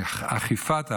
אכיפת ההגנות,